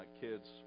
kids